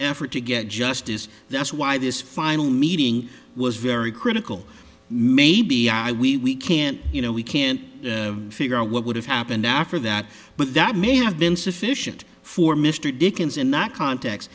effort to get justice that's why this final meeting was very critical maybe i we we can't you know we can't figure out what would have happened after that but that may have been sufficient for mr dickens in that cont